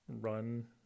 run